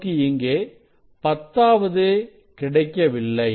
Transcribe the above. நமக்கு இங்கே பத்தாவது கிடைக்கப்பெறவில்லை